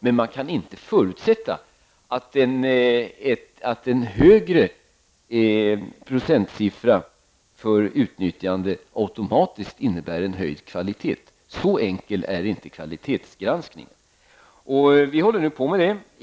Men man kan inte förutsätta att en högre procentsiffra för utnyttjande automatiskt innebär en hög kvalitet. Så enkel är inte kvalitetsgranskningen. Vi håller nu på med arbeta med detta.